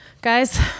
Guys